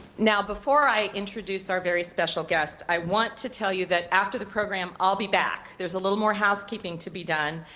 now before i introduce our very special guest i want to tell you that after the program, i'll be back. there's a little more housekeeping to be done,